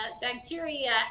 bacteria